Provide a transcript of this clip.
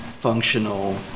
functional